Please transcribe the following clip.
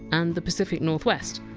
and the pacific northwest.